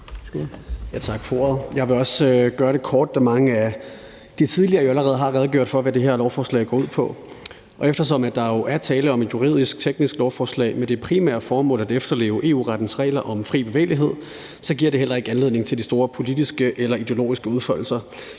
Tak for ordet. Jeg vil også gøre det kort, da mange af de tidligere ordførere jo allerede har redegjort for, hvad det her lovforslag går ud på, og eftersom der jo er tale om et juridisk teknisk lovforslag med det primære formål at efterleve EU-rettens regler om fri bevægelighed, giver det heller ikke anledning til de store politiske eller ideologiske udfoldelser.